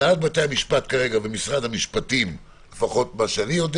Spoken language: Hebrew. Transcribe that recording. הנהלת בתי המשפט ומשרד המשפטים לפחות ממה שאני יודע